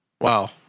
Wow